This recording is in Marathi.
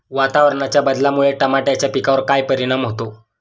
वातावरणाच्या बदलामुळे टमाट्याच्या पिकावर काय परिणाम होतो?